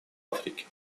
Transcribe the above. африке